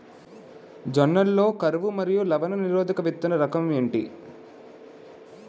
జొన్న లలో కరువు మరియు లవణ నిరోధక విత్తన రకం ఏంటి?